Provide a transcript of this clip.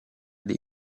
dei